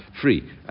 free